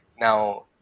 now